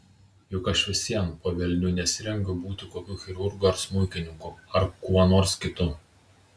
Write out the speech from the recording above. juk aš vis vien po velnių nesirengiu būti kokiu chirurgu ar smuikininku ar kuo nors kitu